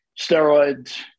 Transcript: steroids